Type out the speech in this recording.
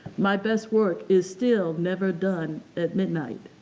my best work is still never done at midnight,